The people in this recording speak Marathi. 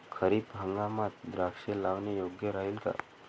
खरीप हंगामात द्राक्षे लावणे योग्य राहिल का?